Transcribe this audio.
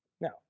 Now